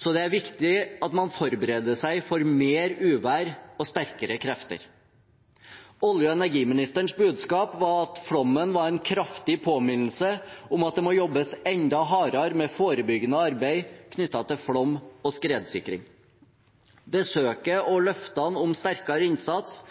så det er viktig at man forbereder seg for mer uvær og sterkere krefter.» Olje- og energiministerens budskap var at flommen var «en kraftig påminnelse om at det må jobbes enda hardere med forebyggende arbeid knytta til flom og skredsikring». Besøket og løftene om sterkere innsats